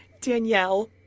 Danielle